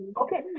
Okay